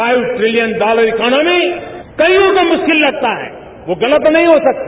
five trillion dollar economy कइयों को मुश्किल लगता है वह गलत नहीं हो सकते